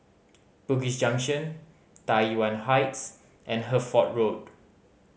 Bugis Junction Tai Yuan Heights and Hertford Road